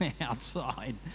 outside